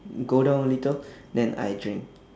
go down a little then I drink